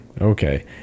okay